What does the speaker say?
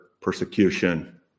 persecution